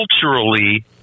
culturally